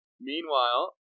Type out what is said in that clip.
Meanwhile